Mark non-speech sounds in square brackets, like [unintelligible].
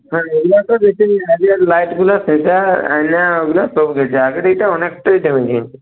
[unintelligible] লাইটগুলা সেটা ওগুলো সব গেছে আগের ওটা অনেকটাই ড্যামেজ হয়েছে